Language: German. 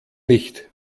nicht